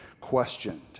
questioned